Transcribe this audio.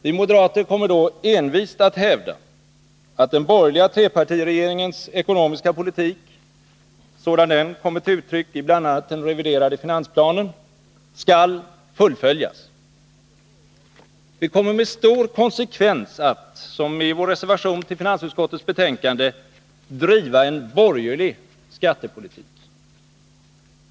Vi moderater kommer då envist att hävda att den borgerliga trepartiregeringens ekonomiska politik — sådan den kommit till uttryck i bl.a. den reviderade finansplanen — skall fullföljas. Vi kommer med stor konsekvens att — som i vår reservation till finansutskottets betänkande — driva en borgerlig skattepolitik.